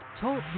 Talk